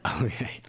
Okay